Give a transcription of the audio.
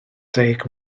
deg